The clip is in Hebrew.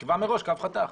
קבע מראש קו חתך.